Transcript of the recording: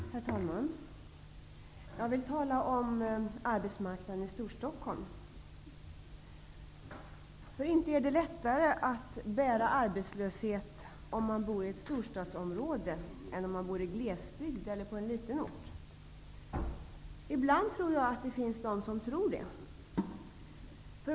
Herr talman! Jag vill tala om arbetsmarknaden i Storstockholm. Inte är det lättare att bära arbetslöshet om man bor i ett storstadsområde än om man bor i glesbygd eller på en liten ort. Ibland tror jag att det finns de som tror det.